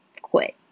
quit